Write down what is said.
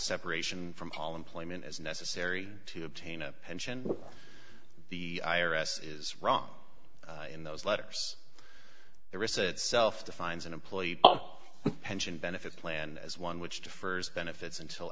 separation from all employment is necessary to obtain a pension the i r s is wrong in those letters there is a self defines an employee pension benefit plan as one which defers benefits until